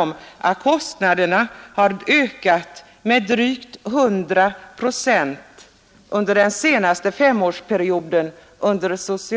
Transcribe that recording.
om att kostnaderna under socialhuvudtiteln har ökat med drygt 100 procent under den senaste femårsperioden.